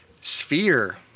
Sphere